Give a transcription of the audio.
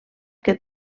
que